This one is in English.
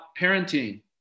parenting